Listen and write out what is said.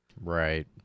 Right